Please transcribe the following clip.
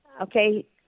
okay